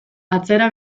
atzera